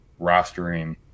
rostering